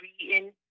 reading